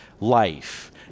life